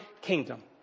kingdom